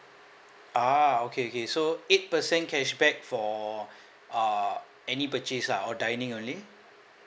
ah okay okay so eight percent cashback for uh any purchase lah or dining only